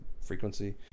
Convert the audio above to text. frequency